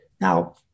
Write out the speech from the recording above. Now